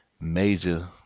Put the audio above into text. major